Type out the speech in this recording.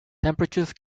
temperatures